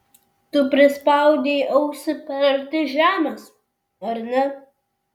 tu prispaudei ausį per arti žemės ar ne